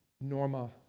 Norma